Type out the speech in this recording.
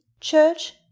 church